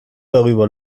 darüber